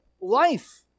life